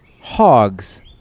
hogs